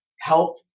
help